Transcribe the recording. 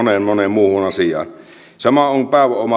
moneen muuhun asiaan sama on